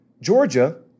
Georgia